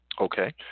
Okay